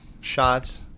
shots